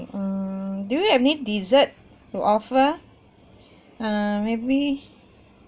uh do you have any dessert to offer err maybe